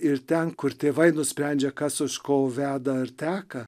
ir ten kur tėvai nusprendžia kas už ko veda ir teka